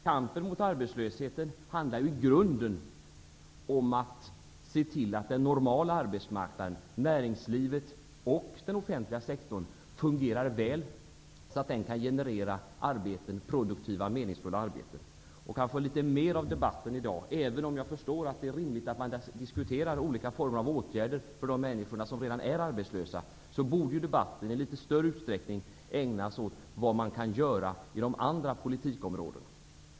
Kampen mot arbetslösheten handlar ju i grunden om att se till att den normala arbetsmarknaden, näringslivet och den offentliga sektorn fungerar väl, så att de kan generera produktiva och meningsfulla arbeten. Kanske litet mer av debatten i dag, även om jag förstår att det är rimligt att man diskuterar olika former av åtgärder för de människor som redan är arbetslösa, i större utsträckning borde ägnas åt vad man kan göra på de andra politikområdena.